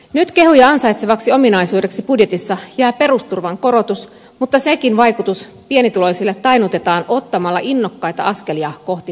nyt kehuja ansaitsevaksi ominaisuudeksi budjetissa jää perusturvan korotus mutta senkin vaikutus pienituloisiin tainnutetaan ottamalla innokkaita askelia kohti tasaverotusta